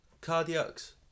Cardiac's